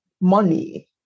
money